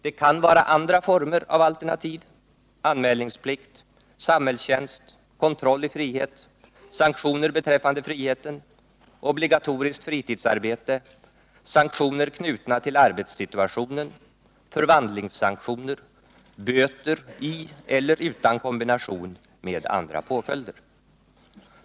Det kan vara andra former av alternativ — anmälningsplikt, samhällstjänst, kontroll i frihet, sanktioner beträffande friheten, obligatoriskt fritidsarbete, sanktioner knutna till arbetssituationen, förvandlingssanktioner, böter i eller utan kombination med andra påföljder.